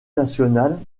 nationale